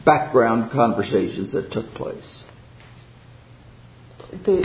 background conversations that took place t